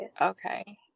Okay